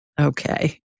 Okay